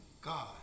God